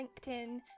LinkedIn